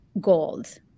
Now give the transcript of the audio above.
gold